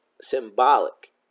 symbolic